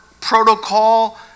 protocol